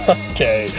okay